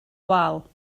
wal